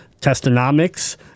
Testonomics